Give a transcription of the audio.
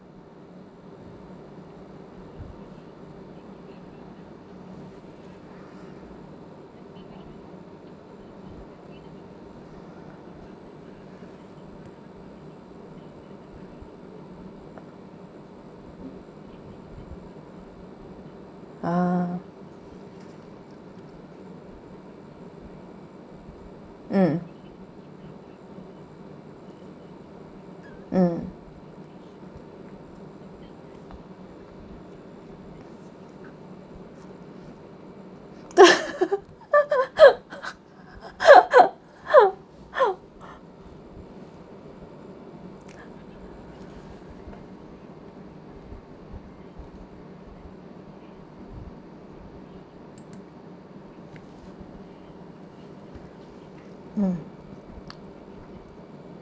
ah mm mm mm